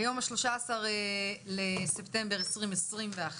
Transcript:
היום ה-13 בספטמבר 2021,